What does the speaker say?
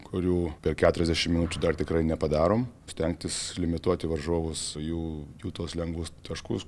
kurių per keturiasdešimt minučių dar tikrai nepadarom stengtis limituoti varžovus jų jų tuos lengvus taškus